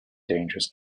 dangerous